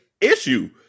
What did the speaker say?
issue